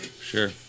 Sure